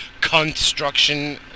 construction